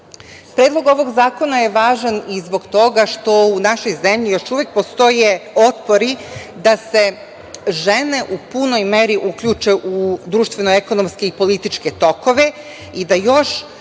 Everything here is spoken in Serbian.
ovog zakona je važan i zbog toga što u našoj zemlji još uvek postoje otpori da se žene u punoj meri uključe u društveno-ekonomske i političke tokove i da još